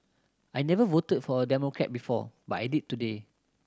I never voted for a Democrat before but I did today